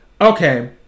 okay